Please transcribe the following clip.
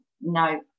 no